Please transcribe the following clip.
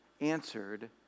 answered